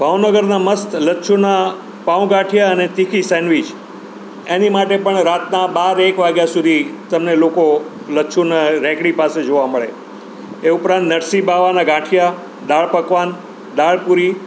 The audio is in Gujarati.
ભાવનગરના મસ્ત લચ્છુના પાવ ગાંઠીયા અને તીખી સેન્ડવિચ એની માટે પણ રાતના બાર એક વાગ્યા સુધી તમને લોકો લચ્છુના રેકડી પાસે જોવા મળે એ ઉપરાંત નરસિંહ બાવાના ગાંઠિયા દાળ પકવાન દાળ પૂરી